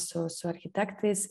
su su architektais